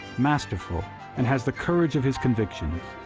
masterful and has the courage of his convictions.